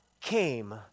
came